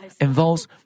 involves